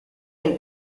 del